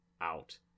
out